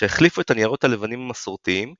שהחליפו את הניירות הלבנים המסורתיים –